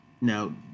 Now